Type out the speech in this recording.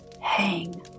hang